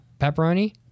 pepperoni